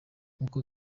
nkuko